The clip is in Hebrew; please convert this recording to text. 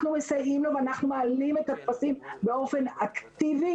מסייעים לו ואנחנו מעלים את הטפסים באופן אקטיבי.